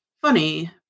funny